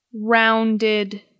rounded